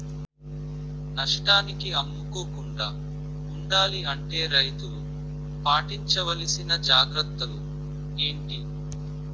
నష్టానికి అమ్ముకోకుండా ఉండాలి అంటే రైతులు పాటించవలిసిన జాగ్రత్తలు ఏంటి